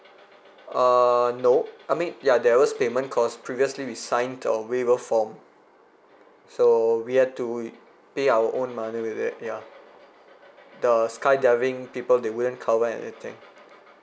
uh nope I mean ya there was payment cause previously we signed a waiver form so we had to it pay our own money with it ya the skydiving people they wouldn't cover anything